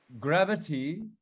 gravity